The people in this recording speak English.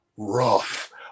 Rough